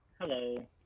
Hello